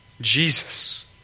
Jesus